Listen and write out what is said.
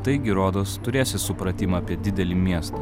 taigi rodos turėsiu supratimą apie didelį miestą